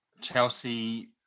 Chelsea